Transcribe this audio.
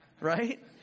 Right